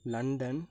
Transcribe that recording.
London